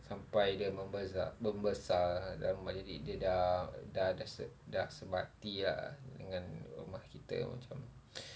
sampai dia membesar membesar lama jadi dia dah dah dah dah sebati ah dengan rumah kita macam